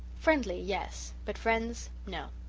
friendly, yes but friends, no.